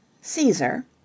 caesar